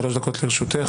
שלוש דקות לרשותך,